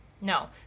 No